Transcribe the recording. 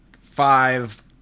five